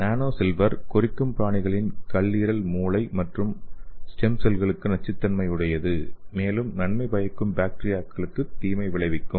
நானோ silver கொறிக்கும் பிராணிகளின் கல்லீரல் மூளை மற்றும் ஸ்டெம் செல்களுக்கு நச்சுத்தன்மையுடையது மேலும் நன்மை பயக்கும் பாக்டீரியாக்களுக்கும் தீங்கு விளைவிக்கும்